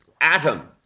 atom